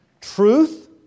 Truth